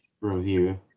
review